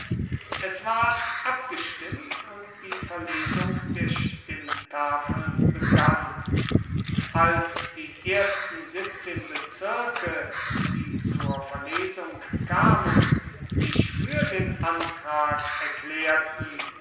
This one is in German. es ward abgestimmt und die verlesung der stimmtafeln begann als die ersten siebzehn bezirke die zur verlesung kamen sich für den antrag erklärten